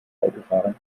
autofahrern